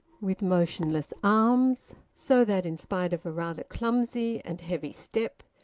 with motionless arms so that in spite of a rather clumsy and heavy step,